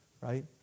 right